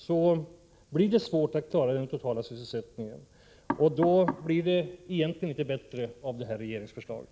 Det blir svårt att klara sysselsättningen totalt sett, och inte blir det bättre i och med det här regeringsförslaget.